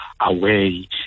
Away